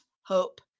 hope